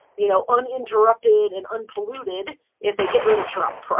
you know, uninterrupted and unpolluted if they get rid of trump.